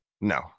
No